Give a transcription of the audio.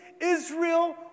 Israel